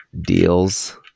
deals